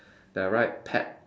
that write pet